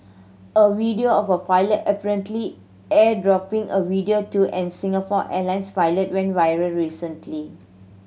a video of a pilot apparently airdropping a video to an Singapore Airlines pilot went viral recently